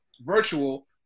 virtual